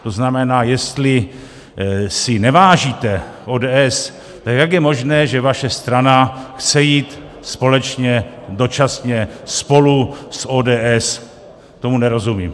To znamená, jestli si nevážíte ODS, tak jak je možné, že vaše strana chce jít společně dočasně spolu s ODS, tomu nerozumím.